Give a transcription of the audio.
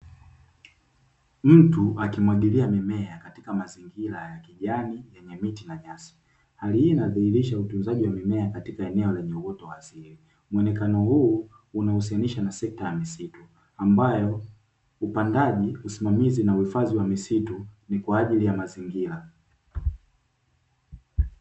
Mtu akimwagilia mimea katika mazingira ya kijani, yenye miti na nyasi. Hali hii inadhihirisha utunzaji wa mimea katika eneo lenye uoto wa asili, muonekano huu unahusianisha na sekta ya misitu, ambayo upandaji, usimamizi na uhifadhi wa misitu, ni kwa ajili ya mazingira.